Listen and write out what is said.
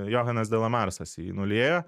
johanas de la marsas jį nuliejo